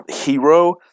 hero